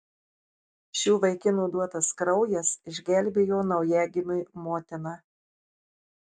šių vaikinų duotas kraujas išgelbėjo naujagimiui motiną